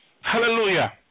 Hallelujah